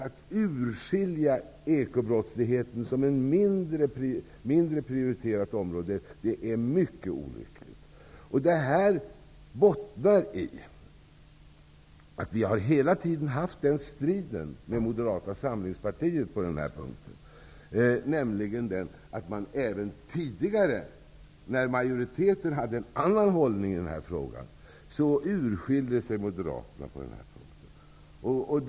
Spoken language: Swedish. Att skilja ut ekobrottsligheten som ett mindre prioriterat område är mycket olyckligt. Det bottnar i en strid som vi hela tiden har haft med moderata samlingspartiet. Även tidigare, när majoriteten hade en annan hållning i frågan, skilde moderaterna ut sig på den här punkten.